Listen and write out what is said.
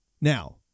Now